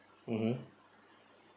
mmhmm